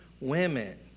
women